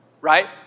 right